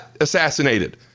assassinated